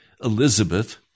Elizabeth